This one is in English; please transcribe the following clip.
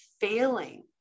failing